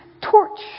torch